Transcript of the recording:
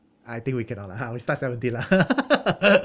I think we cannot lah ha we start seventeen lah